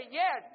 yes